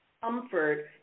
comfort